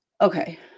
Okay